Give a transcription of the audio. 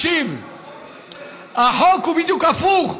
החוק הוא בדיוק הפוך,